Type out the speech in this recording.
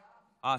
סליחה,